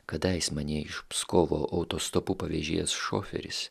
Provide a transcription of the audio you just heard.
kadais mane iš pskovo autostopu pavėžėjęs šoferis